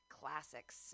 Classics